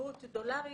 ערבות דולרית.